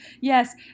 Yes